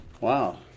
wow